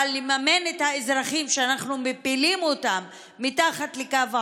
אבל לממן את האזרחים שאנחנו מפילים מתחת לקו העוני,